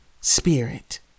spirit